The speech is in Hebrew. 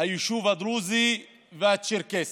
היישוב הדרוזי והצ'רקסי.